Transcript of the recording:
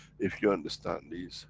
if you understand this,